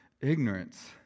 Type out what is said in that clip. ignorance